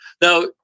Now